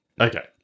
Okay